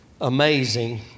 amazing